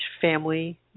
family